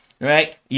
right